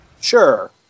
Sure